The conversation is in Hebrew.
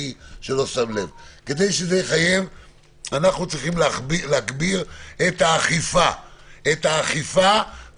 כדי שזה יחייב אנחנו צריכים להגביר את האכיפה ואת